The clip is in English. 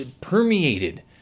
permeated